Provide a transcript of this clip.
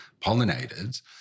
pollinated